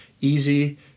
easy